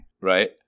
right